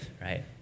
right